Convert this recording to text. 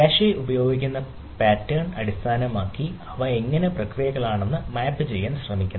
cache ഉപയോഗിക്കുന്ന pattern അടിസ്ഥാനമാക്കി അവ എങ്ങനെയുള്ള പ്രക്രിയകളാണെന്ന് മാപ്പ് ചെയ്യാൻ ശ്രമിക്കുക